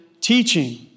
teaching